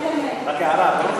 רק הערה.